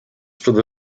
przede